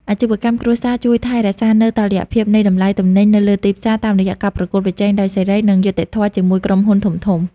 អាជីវកម្មគ្រួសារជួយថែរក្សានូវតុល្យភាពនៃតម្លៃទំនិញនៅលើទីផ្សារ តាមរយៈការប្រកួតប្រជែងដោយសេរី និងយុត្តិធម៌ជាមួយក្រុមហ៊ុនធំៗ។